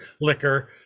liquor